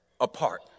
apart